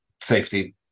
safety